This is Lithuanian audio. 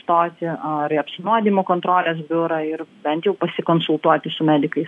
stotį ar į apsinuodijimo kontrolės biurą ir bent jau pasikonsultuoti su medikais